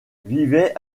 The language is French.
vivait